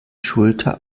schulter